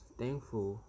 thankful